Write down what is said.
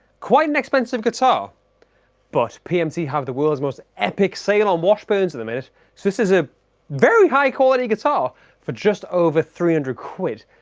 quite an expensive guitar but pmt have the world's most epic sale on washburn's at the minute so this is a very high quality guitar for just over three hundred quid,